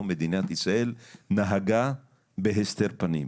מדינת ישראל נהגה בהסתר פנים,